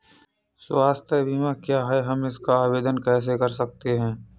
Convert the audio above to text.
स्वास्थ्य बीमा क्या है हम इसका आवेदन कैसे कर सकते हैं?